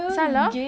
salah